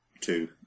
two